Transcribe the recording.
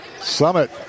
Summit